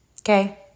Okay